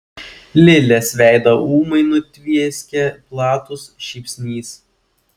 lilės veidą ūmai nutvieskė platus šypsnys